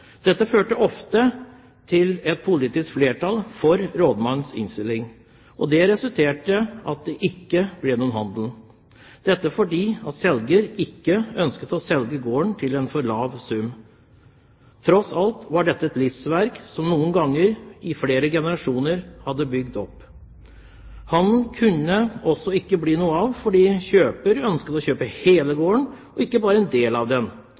Dette førte ofte til et politisk flertall for rådmannens innstilling, og det resulterte i at det ikke ble noen handel, fordi selger ikke ønsket å selge gården til en for lav sum. Tross alt var dette et livsverk som noen ganger flere generasjoner hadde bygd opp. Det kunne også være at handelen ikke ble noe av fordi kjøper ønsket å kjøpe hele gården og ikke bare en del av den,